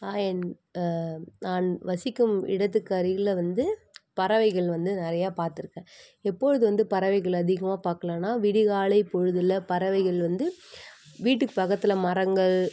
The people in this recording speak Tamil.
ஆ என் நான் வசிக்கும் இடத்துக்கு அருகில் வந்து பறவைகள் வந்து நிறைய பார்த்துருக்கேன் எப்பொழுது வந்து பறவைகள் அதிகமாக பார்க்கலான்னா விடியற்காலை பொழுதுல பறவைகள் வந்து வீட்டுக்கு பக்கத்தில் மரங்கள்